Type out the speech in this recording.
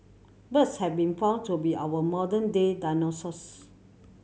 birds have been found to be our modern day dinosaurs